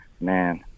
man